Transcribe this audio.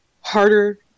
harder